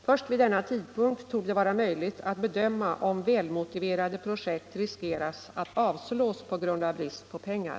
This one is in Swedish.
Först vid denna tidpunkt torde det vara möjligt att bedöma om välmotiverade projekt riskerar att avslås på grund av brist på pengar.